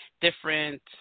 different